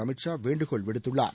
அமித்ஷா வேண்டுகோள் விடுத்துள்ளார்